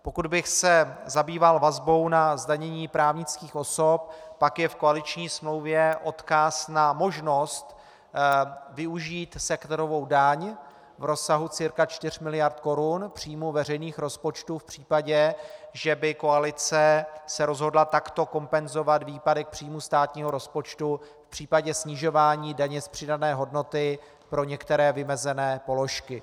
Pokud bych se zabýval vazbou na zdanění právnických osob, pak je v koaliční smlouvě odkaz na možnost využít sektorovou daň v rozsahu cca 4 mld. korun příjmu veřejných rozpočtů v případě, že by se koalice rozhodla takto kompenzovat výpadek příjmu státního rozpočtu v případě snižování daně z přidané hodnoty pro některé vymezené položky.